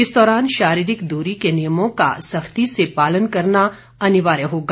इस दौरान शारीरिक दूरी के नियमों का सख्ती से पालन करना अनिवार्य होगा